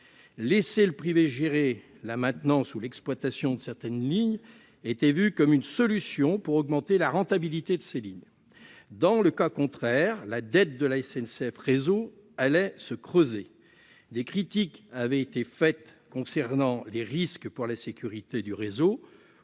Laisser le privé gérer la maintenance ou l'exploitation de certaines lignes était vu comme une solution pour augmenter leur rentabilité ; dans le cas contraire, la dette de SNCF Réseau allait se creuser. Des critiques avaient été émises sur les risques pour la sécurité du réseau